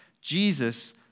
Jesus